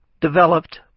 developed